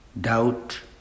doubt